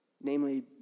namely